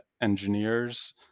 engineers